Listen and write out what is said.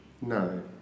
no